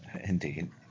Indeed